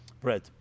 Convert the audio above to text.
bread